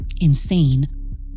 insane